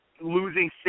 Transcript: Losing